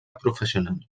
professional